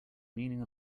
meaning